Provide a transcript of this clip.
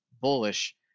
bullish